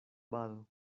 vado